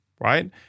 right